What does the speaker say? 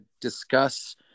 discuss